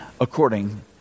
according